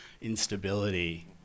Instability